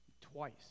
Twice